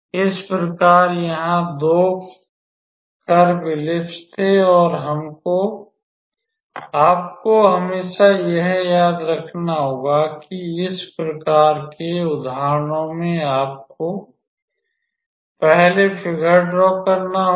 इस प्रकार यहाँ 2 कर्व दीर्घवृत्त थे और आपको हमेशा यह याद रखना होगा कि इस प्रकार के उदाहरणों में आपको पहले फ़िगर ड्रॉ करना होगा